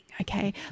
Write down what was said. Okay